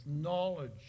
knowledge